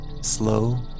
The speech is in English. slow